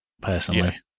personally